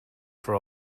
for